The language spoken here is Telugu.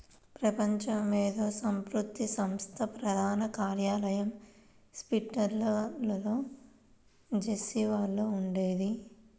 ప్రపంచ మేధో సంపత్తి సంస్థ ప్రధాన కార్యాలయం స్విట్జర్లాండ్లోని జెనీవాలో ఉంది